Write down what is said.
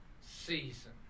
season